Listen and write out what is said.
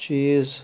چیٖز